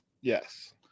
Yes